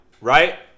right